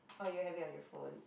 oh you have it on your phone